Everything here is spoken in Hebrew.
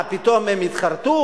מה, פתאום הם התחרטו?